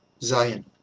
Zion